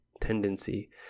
tendency